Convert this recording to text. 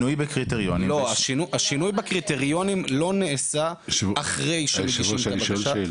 השינוי בקריטריונים לא נעשה אחרי שמגישים את הבקשה.